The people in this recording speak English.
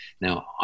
Now